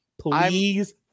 Please